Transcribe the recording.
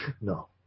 No